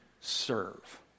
serve